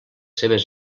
seves